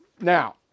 now